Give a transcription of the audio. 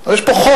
אבל יש פה חופש,